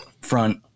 front